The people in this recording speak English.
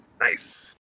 Nice